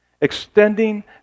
Extending